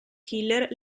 killer